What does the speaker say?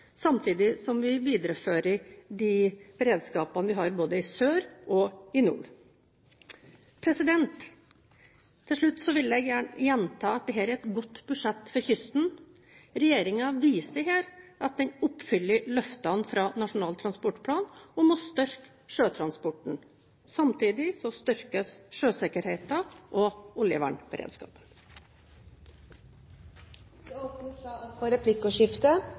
samtidig som vi viderefører beredskapen vi har både i sør og i nord. Til slutt vil jeg gjerne gjenta at dette er et godt budsjett for kysten. Regjeringen viser her at den oppfyller løftene fra Nasjonal transportplan om å styrke sjøtransporten. Samtidig styrkes sjøsikkerheten og oljevernberedskapen. Det blir replikkordskifte.